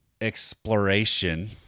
exploration